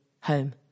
home